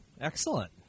excellent